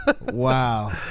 Wow